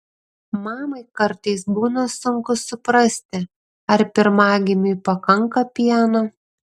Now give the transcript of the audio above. mamai kartais būna sunku suprasti ar pirmagimiui pakanka pieno